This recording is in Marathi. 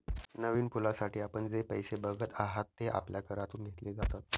नवीन पुलासाठी आपण जे पैसे बघत आहात, ते आपल्या करातून घेतले जातात